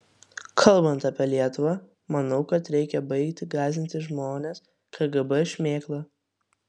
kalbant apie lietuvą manau kad reikia baigti gąsdinti žmones kgb šmėkla